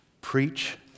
Preach